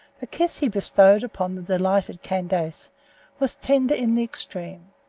the kiss he bestowed upon the delighted candace was tender in the extreme.